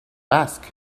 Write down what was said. ask